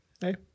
Hey